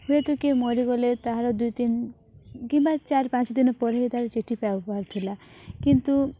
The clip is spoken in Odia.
ହୁଏତ କିଏ ମରିଗଲେ ତାହାର ଦୁଇ ଦିନ କିମ୍ବା ଚାରି ପାଞ୍ଚ ଦିନ ପରେ ହି ତା'ର ଚିଠି ପାଇପାରୁଥିଲା କିନ୍ତୁ